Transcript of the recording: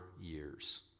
years